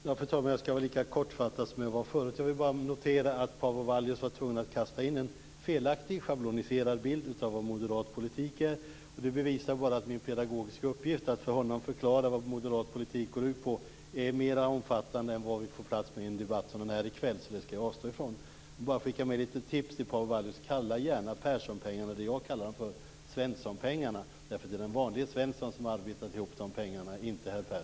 Fru talman! Jag skall vara lika kortfattad som jag var förut. Jag vill bara notera att Paavo Vallius var tvungen att kasta in en felaktig schabloniserad bild av vad moderat politik är. Det bevisar bara att min pedagogiska uppgift att för honom förklara vad moderat politik går ut på är mer omfattande än vad vi får plats med i en debatt som den vi har i kväll, så det skall jag avstå från. Jag vill bara skicka med ett litet tips till Paavo Vallius: Kalla gärna Perssonpengarna för det jag kallar dem för, Svenssonpengarna. Det är den vanlige Svensson som arbetat ihop de pengarna och inte herr